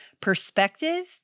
Perspective